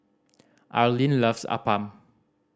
Arlin loves appam